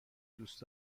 دوست